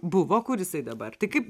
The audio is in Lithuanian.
buvo kur jisai dabar tai kaip